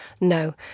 no